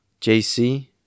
JC